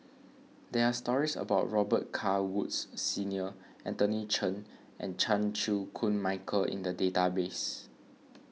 there are stories about Robet Carr Woods Senior Anthony Chen and Chan Chew Koon Michael in the database